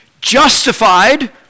justified